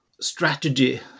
strategy